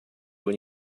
when